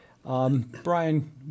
Brian